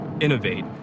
innovate